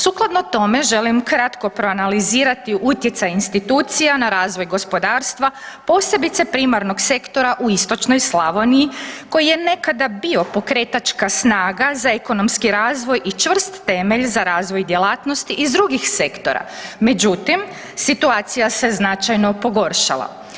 Sukladno tome želim kratko proanalizirati utjecaj institucija na razvoj gospodarstva, posebice primarnog sektora u istočnoj Slavoniji koji je nekada bio pokretačka snaga za ekonomski razvoj i čvrst temelj za razvoj djelatnosti iz drugih sektora, međutim situacija se značajno pogoršala.